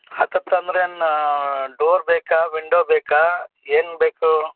ಹತ್ ಹತ್ತಿರ ಅಂದರೆ ಏನು ಡೋರ್ ಬೇಕಾ ವಿಂಡೊ ಬೇಕಾ ಏನು ಬೇಕು